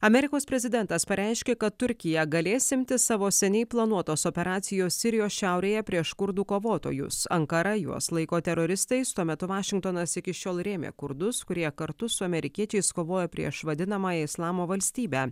amerikos prezidentas pareiškė kad turkija galės imtis savo seniai planuotos operacijos sirijos šiaurėje prieš kurdų kovotojus ankara juos laiko teroristais tuo metu vašingtonas iki šiol rėmė kurdus kurie kartu su amerikiečiais kovojo prieš vadinamąją islamo valstybę